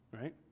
right